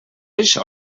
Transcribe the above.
això